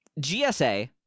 GSA